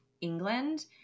England